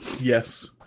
Yes